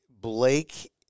Blake